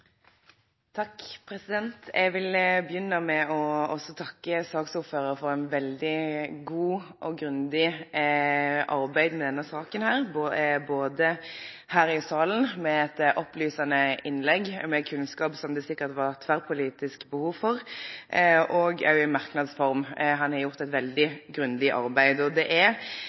Jeg vil begynne med å takke saksordføreren for et veldig godt og grundig arbeid med denne saken, både her i salen, med et opplysende innlegg med kunnskap som det sikkert var tverrpolitisk behov for, og også i merknads form. Representanten har gjort et veldig grundig arbeid.